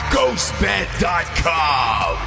Ghostbed.com